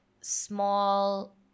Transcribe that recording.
small